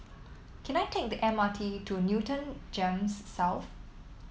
can I take the M R T to Newton Gems South